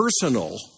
personal